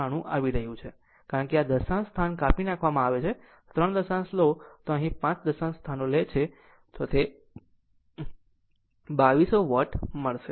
793 આવી રહ્યું છે કારણ કે આ દશાંશ સ્થાન કાપી નાખવામાં આવે છે જો ત્રણ દશાંશ સ્થાનો લે છે અથવા અહીં પાંચ દશાંશ સ્થાનો લે છે તો 2200 વોટ મળશે